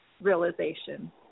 realization